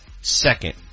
second